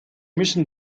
müssen